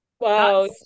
Wow